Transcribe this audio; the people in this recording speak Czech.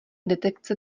detekce